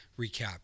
recap